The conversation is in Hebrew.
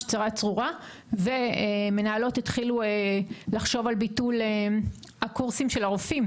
צרה צרורה ומנהלות התחילו לחשוב על ביטול הקורסים של הרופאים,